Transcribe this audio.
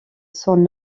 son